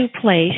place